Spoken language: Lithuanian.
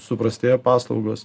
suprastėja paslaugos